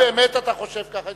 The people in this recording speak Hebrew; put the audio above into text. אם באמת אתה חושב ככה,